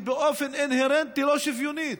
היא באופן אינהרנטי לא שוויונית,